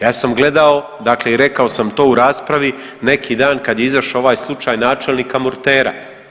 Ja sam gledao dakle i rekao sam to u raspravi neki dan kada je izašao ovaj slučaj načelnika Murtera.